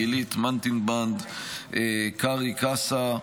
גילית מנטינבנד וקארי קאסה,